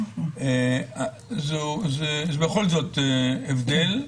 יש בכל זאת הבדל.